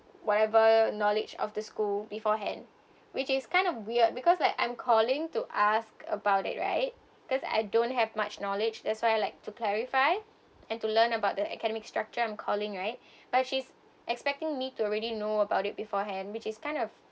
whatever knowledge of the school beforehand which is kind of weird because like I'm calling to ask about it right because I don't have much knowledge that's why I like to clarify and to learn about the academic structure I'm calling right but she's expecting me to already know about it beforehand which is kind of